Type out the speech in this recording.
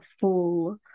full